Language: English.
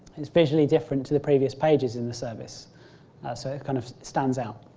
is visually different to the previous pages in the service so it kind of stands out.